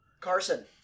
Carson